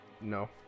No